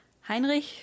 Heinrich